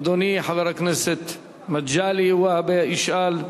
אדוני חבר הכנסת מגלי והבה ישאל.